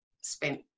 spent